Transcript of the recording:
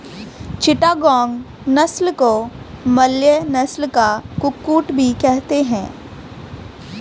चिटागोंग नस्ल को मलय नस्ल का कुक्कुट भी कहते हैं